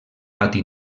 pati